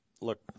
Look